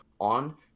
on